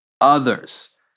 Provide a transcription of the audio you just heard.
others